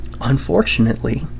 unfortunately